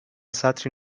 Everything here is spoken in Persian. سطری